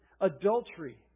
adultery